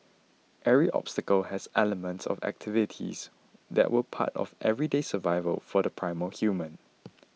each obstacle has elements of activities that were part of everyday survival for the primal human